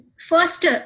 First